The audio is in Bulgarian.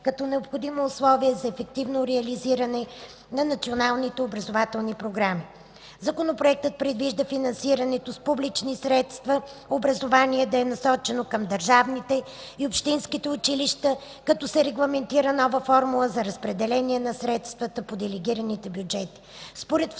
като необходимо условие за ефективно реализиране на националните образователни програми. Законопроектът предвижда финансираното с публични средства образование да е насочено към държавните и общинските училища, като се регламентира нова формула за разпределение на средствата по делегираните бюджети.